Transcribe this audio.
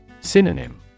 Synonym